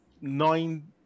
nine